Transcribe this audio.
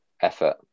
effort